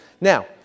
Now